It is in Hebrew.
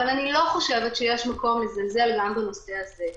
אבל אני לא חושבת שיש מקום לזלזל גם בנושא הזה.